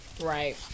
right